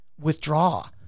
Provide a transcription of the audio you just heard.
withdraw